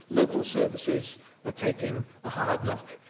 local services are taking a hard knock,